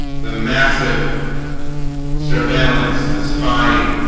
the massive surveillance the spying